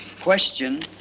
question